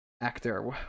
actor